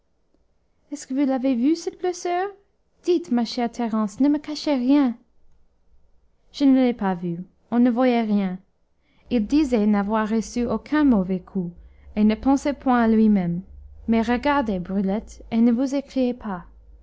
est-ce que vous l'avez vue cette blessure dites ma chère thérence ne me cachez rien je ne l'ai pas vue on ne voyait rien il disait n'avoir reçu aucun mauvais coup et ne pensait point à lui-même mais regardez brulette et ne vous écriez pas